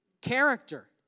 Character